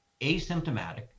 asymptomatic